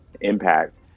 impact